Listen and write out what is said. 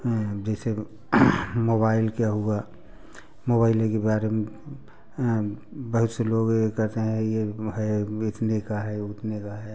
जैसे मोबाइल क्या हुआ मोबाइल के बारे बहुत से लोग कहते हैं ये है इतने का है उतने का है